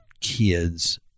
kids